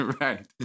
Right